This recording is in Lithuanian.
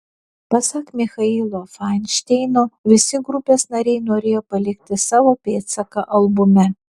pasak michailo fainšteino visi grupės nariai norėjo palikti savo pėdsaką albume